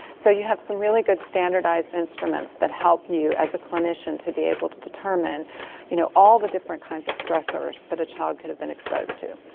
so, you have some really good standardized instruments that help you as a clinician to be able to determine you know all the different kinds of stressorses that a child could have been exposed to.